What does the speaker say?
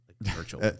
virtual